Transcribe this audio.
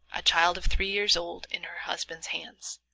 a child of three years old, in her husband's hands.